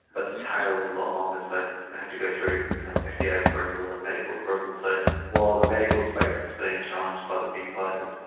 but the tail is a lot longer, so they have to go through fda approval and medical approval. so while the medical space is being challenged by the big players,